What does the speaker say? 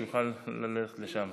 כדי שיוכל ללכת לשם.